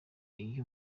iyo